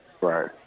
Right